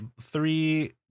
three